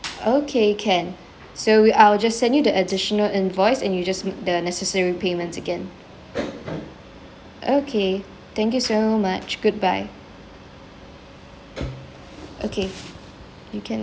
okay can so we I'll just send you the additional invoice and you just make the necessary payments again okay thank you so much goodbye okay you can